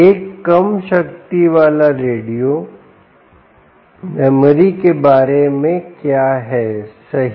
एक कम शक्ति वाला रेडियो मेमोरी के बारे में क्या है सही